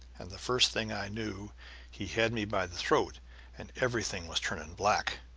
and the first thing i knew he had me by the throat and everything was turning black.